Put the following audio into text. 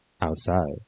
outside